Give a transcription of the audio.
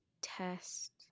test